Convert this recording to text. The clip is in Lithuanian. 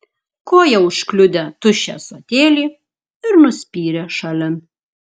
koja užkliudė tuščią ąsotėlį ir nuspyrė šalin